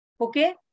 Okay